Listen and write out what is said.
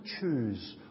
choose